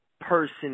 person